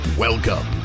Welcome